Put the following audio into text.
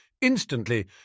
Instantly